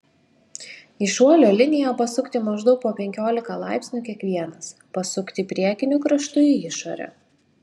į šuolio liniją pasukti maždaug po penkiolika laipsnių kiekvienas pasukti priekiniu kraštu į išorę